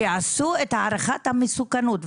שיעשו את הערכת המסוכנות.